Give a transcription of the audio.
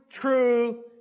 true